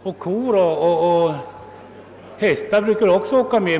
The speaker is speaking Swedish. — och kor och hästar brukar också stryka med.